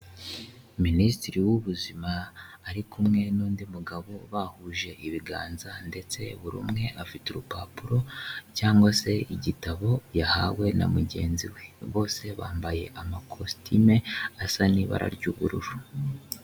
Minisitiri w'ubuzima ari kumwe n'undi mugabo bahuje ibiganza ndetse buri umwe afite urupapuro cyangwa se igitabo yahawe na mugenzi we, bose bambaye amakositime asa n'ibara ry'ubururu.